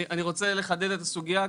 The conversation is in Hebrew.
אני רוצה לחדד את הסוגייה,